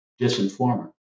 disinformer